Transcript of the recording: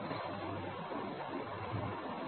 இங்கே இல்லை இல்லை இல்லை எலிஸா இல்லை